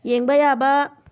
ꯌꯦꯡꯕ ꯌꯥꯕ